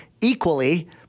Equally